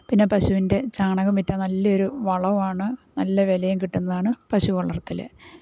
പിന്നെ പശുവിൻ്റെ ചാണകം വിറ്റാൽ നല്ലൊരു വളമാണ് നല്ല വിലയും കിട്ടുന്നതാണ് പശു വളർത്തൽ